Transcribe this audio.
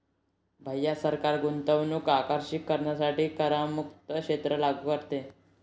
भैया सरकार गुंतवणूक आकर्षित करण्यासाठी करमुक्त क्षेत्र लागू करते